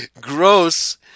gross